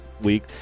week